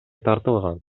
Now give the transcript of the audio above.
тартылган